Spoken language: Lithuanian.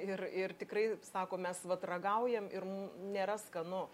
ir ir tikrai sako mes vat ragaujam ir m nėra skanu